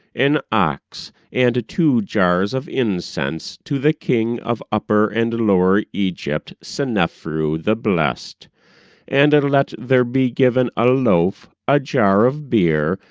an ox, and two jars of incense to the king of upper and lower egypt, sene-feru, the blessed and let there be given a loaf, a jar of beer,